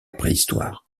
préhistoire